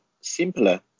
simpler